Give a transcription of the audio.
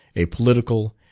a political,